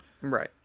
Right